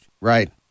Right